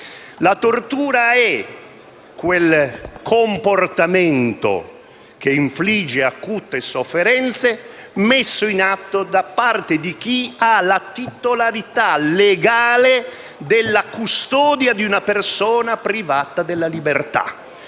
La tortura è quel comportamento che infligge acute sofferenze, messo in atto da parte di chi ha la titolarità legale della custodia di una persona privata della libertà.